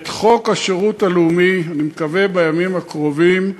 את חוק השירות הלאומי, אני מקווה בימים הקרובים,